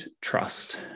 trust